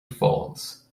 falls